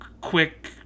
quick